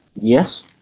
yes